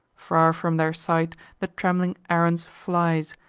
far from their sight the trembling aruns flies,